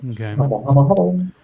Okay